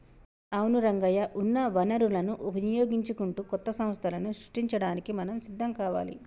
అవును రంగయ్య ఉన్న వనరులను వినియోగించుకుంటూ కొత్త సంస్థలను సృష్టించడానికి మనం సిద్ధం కావాలి